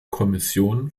kommission